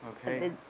Okay